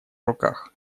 руках